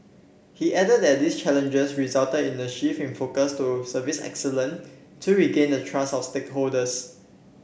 he added that these challenges resulted in a shift in focus to service excellence to regain the trust of stakeholders